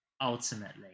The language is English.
ultimately